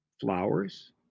flowers